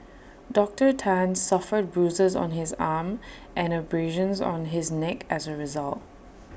Doctor Tan suffered bruises on his arm and abrasions on his neck as A result